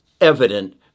evident